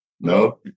No